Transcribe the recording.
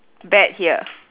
bet here